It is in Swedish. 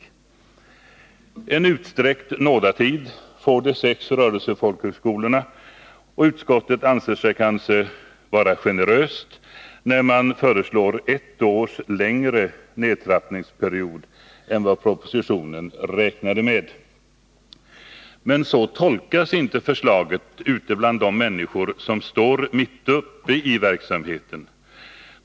De sex rörelsefolkhögskolorna får en utsträckt nådatid, och utskottet anser sig kanske vara generöst när det föreslår en ett år längre nedtrappningsperiod än vad propositionen räknade med. Men så tolkas inte förslaget ute bland de människor som står mitt uppe i verksamheten.